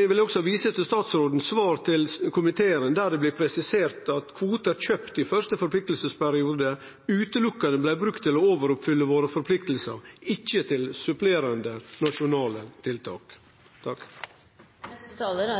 vil eg også vise til statsrådens svar til komiteen, der det blir presisert at kvotar kjøpte i første forpliktingsperiode utelukkande blei brukte til å overoppfylle våre forpliktingar, ikkje til supplerande nasjonale tiltak. Jeg